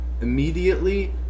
immediately